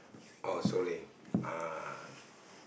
oh sorry uh